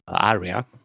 area